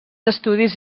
estudis